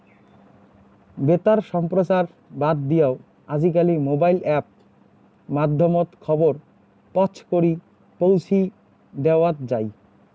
বেতার সম্প্রচার বাদ দিয়াও আজিকালি মোবাইল অ্যাপ মাধ্যমত খবর পছকরি পৌঁছি দ্যাওয়াৎ যাই